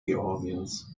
georgiens